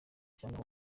cyangwa